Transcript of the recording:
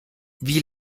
wie